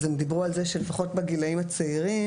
הם דיברו על זה שלפחות בגילאים צעירים